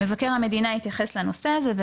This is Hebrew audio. מבקר המדינה התייחס לנושא הזה,